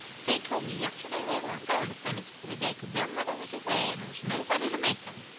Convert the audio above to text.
they told me yesterday they weren't going to sunday school today, cause their mother was away and there was nobody to make them.